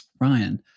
Ryan